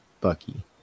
Bucky